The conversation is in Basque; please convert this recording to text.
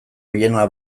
oihana